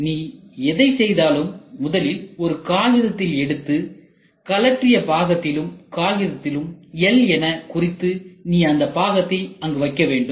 நீ எதை செய்தாலும் முதலில் ஒரு காகிதத்தை எடுத்து கழற்றிய பாகத்திலும் காகிதத்திலும் 'L' என குறித்து நீ அந்த பாகத்தை அங்கு வைக்க வேண்டும்